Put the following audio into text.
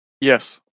Yes